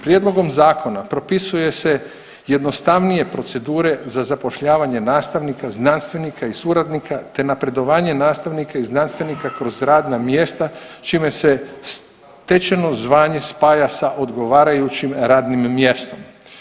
Prijedlogom zakona propisuje se jednostavnije procedure za zapošljavanje nastavnika, znanstvenika i suradnika te napredovanje nastavnika i znanstvenika kroz radna mjesta čime se stečeno zvanje spaja sa odgovarajućim radnim mjestom.